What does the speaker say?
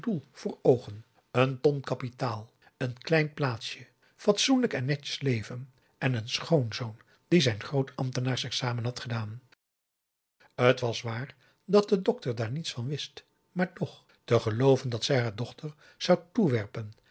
voor oogen n ton kapitaal n klein plaatsje fatsoenlijk en netjes leven en een schoonzoon die zijn groot ambtenaarsexamen had gedaan t was waar dat de dokter daar niets van wist maar toch te gelooven dat zij haar dochter zou toewerpen